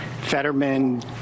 Fetterman